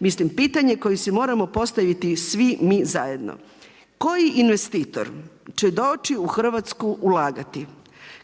Mislim pitanje koje si moramo postaviti svi mi zajedno, koji investitor će doći u Hrvatsku ulagati,